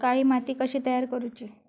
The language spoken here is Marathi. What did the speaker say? काळी माती कशी तयार करूची?